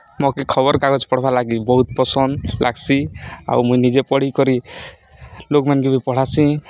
ମକେ ଖବର୍କାଗଜ୍ ପଢ଼୍ବାର୍ଲାଗି ବହୁତ୍ ପସନ୍ଦ୍ ଲାଗ୍ସି ଆଉ ମୁଇଁ ନିଜେ ପଢ଼ିିକରି ଲୋକ୍ମାନ୍କେ ବି ପଢ଼ାସିଁ